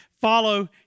follow